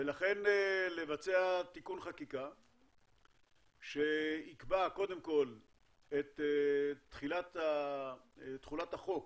ולכן לבצע תיקון חקיקה שיקבע קודם כל את תחילת תחולת החוק